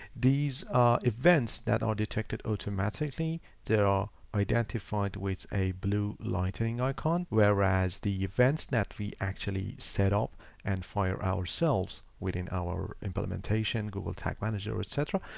these are events that are detected automatically there are identified with a blue lightning icon, whereas the events that we actually set up and fire ourselves within our implementation, google tag manager, etc.